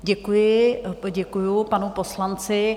Děkuji, poděkuji panu poslanci.